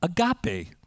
agape